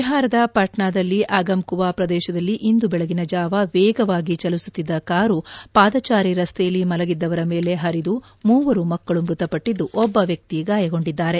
ಬಿಹಾರದ ಪಾಣ್ನಾದಲ್ಲಿ ಅಗಮ್ಕುವಾ ಪ್ರದೇಶದಲ್ಲಿ ಇಂದು ಬೆಳಗಿನಜಾವ ವೇಗವಾಗಿ ಚಲಿಸುತ್ತಿದ್ದ ಕಾರು ಪಾದಚಾರಿ ರಸ್ತೆಯಲ್ಲಿ ಮಲಗಿದ್ದವರ ಮೇಲೆ ಹರಿದು ಮೂವರು ಮಕ್ಕಳು ಮೃತಪಟ್ಟಿದ್ದು ಒಬ್ಬ ವ್ಯಕ್ತಿ ಗಾಯಗೊಂಡಿದ್ದಾರೆ